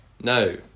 No